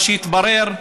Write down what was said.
מה שהתברר,